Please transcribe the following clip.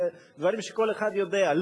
דברים שכל אחד יודע.